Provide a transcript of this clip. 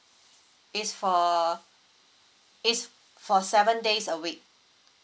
it's for it's for seven days a week